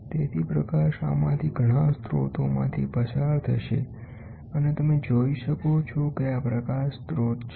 તેથીપ્રકાશ આમાંથી ઘણા સ્રોતોમાંથી પસાર થશે અને તમે જોઈ શકો છો કે આ પ્રકાશ સ્રોત છે